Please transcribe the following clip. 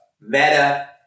Meta